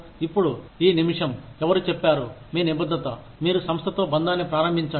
ఇప్పుడు ఈ నిమిషం ఎవరు చెప్పారు మీ నిబద్ధత మీరు సంస్థతో బంధాన్ని ప్రారంభించండి